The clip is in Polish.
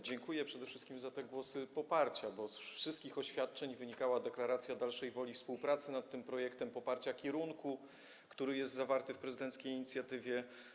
Dziękuję przede wszystkim za te głosy poparcia, bo z wszystkich oświadczeń wynikała deklaracja woli dalszej współpracy nad tym projektem, poparcia kierunku, który jest zawarty w prezydenckiej inicjatywie.